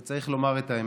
וצריך לומר את האמת: